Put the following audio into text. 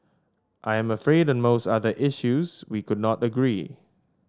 I am afraid on most other issues we could not agree